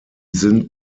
sind